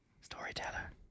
Storyteller